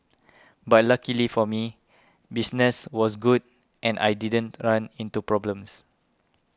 but luckily for me business was good and I didn't run into problems